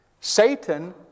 Satan